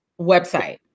website